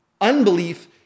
Unbelief